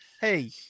hey